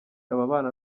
ababana